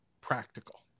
practical